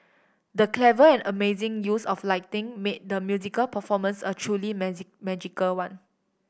the clever and amazing use of lighting made the musical performance a truly magical one